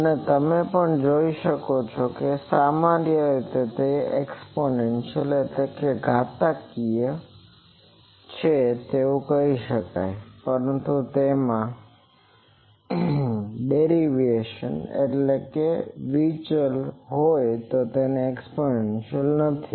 અને તમે પણ જોશો કે સામાન્ય રીતે તેને એક્સ્પોનેન્સીઅલexponentialઘાતકીય કહી શકાય પરંતુ તેમાં ડેવીએસન deviationsવિચલ હોય તો એક્સ્પોનેન્સીઅલ નથી